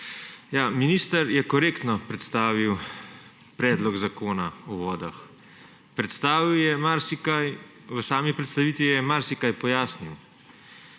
Minister je korektno predstavil predlog zakona o vodah. V sami predstavitvi je marsikaj pojasnil.